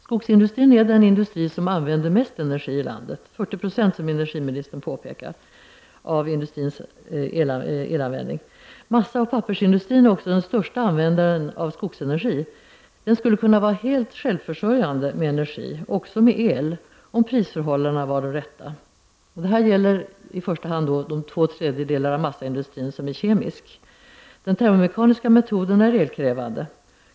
Skogsindustrin är den industri som använder mest energi i landet, 40 96, vilket industriministern påpekar. Massaoch pappersindustrin är också den största användaren av skogsenergi. Den skulle kunna vara helt självförsörjande med energi, också el, om prisförhållandena var de rätta. Detta gäller i första hand de två tredjedelar av massaindustrin som är kemisk. Den termomekaniska metoden är elkrävande.